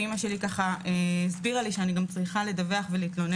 ואימא שלי הסבירה לי שאני גם צריכה לדווח ולהתלונן.